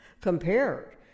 compared